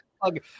plug